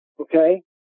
Okay